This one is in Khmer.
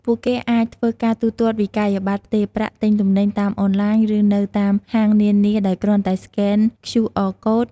ពួកគេអាចធ្វើការទូទាត់វិក្កយបត្រ ផ្ទេរប្រាក់ ទិញទំនិញតាមអនឡាញ ឬនៅតាមហាងនានាដោយគ្រាន់តែស្កេន ខ្យូ អរ កូដ (QR Code)។